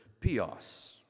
pios